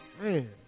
Man